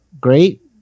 great